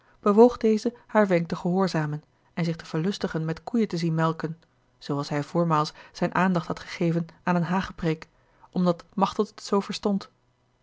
bewoog dezen haar wenk te gehoorzamen en zich te verlustigen met koeien te zien melken zooals hij voormaals zijne aandacht had gegeven aan eene hagepreek omdat machteld het zoo verstond